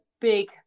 big